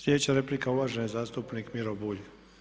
Sljedeća replika uvaženi zastupnik Miro Bulj.